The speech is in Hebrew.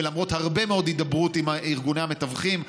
ולמרות הרבה מאוד הידברות עם ארגוני המתווכים,